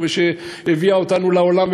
שהביאה אותנו לעולם,